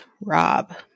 Rob